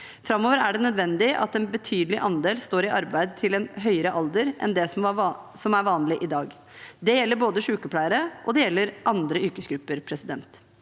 Framover er det nødvendig at en betydelig andel står i arbeid til en høyere alder enn det som er vanlig i dag. Det gjelder både sykepleiere og andre yrkesgrupper. Gode